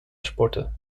sporten